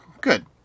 good